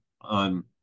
on